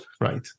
Right